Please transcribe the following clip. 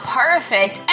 perfect